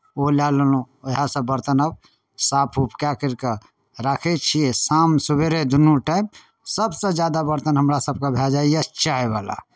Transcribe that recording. ओ लए लेलहुँ उएहसँ बरतन आब साफ उफ कए करि कऽ राखै छियै शाम सवेरे दुनू टाइम सभसँ ज्यादा बरतन हमरासभके भए जाइए चायवला